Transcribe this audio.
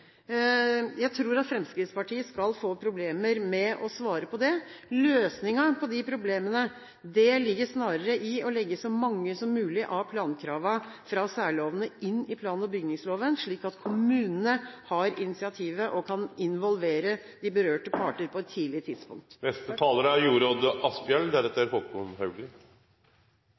Jeg tror at Fremskrittspartiet skal få problemer med å svare på det. Løsningen på disse problemene ligger snarere i å legge så mange som mulig av plankravene fra særlovene inn i plan- og bygningsloven, slik at kommunene har initiativet og kan involvere de berørte parter på et tidlig tidspunkt. En boligpolitikk for alle er